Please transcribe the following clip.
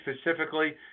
specifically